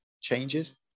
changes